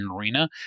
arena